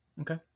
Okay